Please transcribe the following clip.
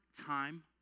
time